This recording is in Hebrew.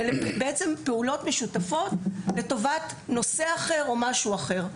ואלה פעולות משותפות לטובת נושא או משהו אחר.